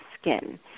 skin